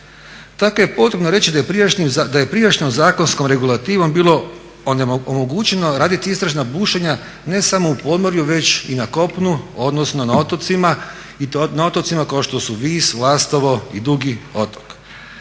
Tako je potrebno reći da je prijašnjom zakonskom regulativom bilo …/Govornik se ne razumije./… raditi istražna bušenja ne samo u podmorju već i na kopnu, odnosno na otocima i to na otocima kao što su Vis, Lastovo i Dugi otok.